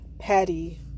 Patty